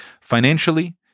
Financially